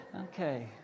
Okay